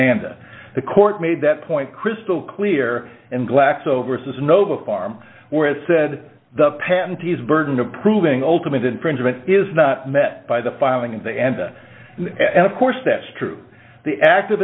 and the court made that point crystal clear and glaxo vs no farm where it said the panties burden of proving ultimate infringement is not met by the filing in the end and of course that's true the act of